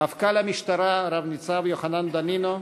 מפכ"ל המשטרה רב-ניצב יוחנן דנינו,